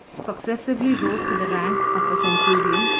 successively rose to the rank of a centurion,